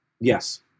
Yes